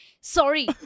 Sorry